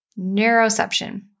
Neuroception